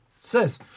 says